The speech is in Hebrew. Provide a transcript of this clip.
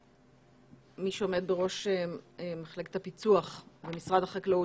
מי שעומד בראש מחלקת הפיצוח במשרד החקלאות.